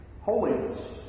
holiness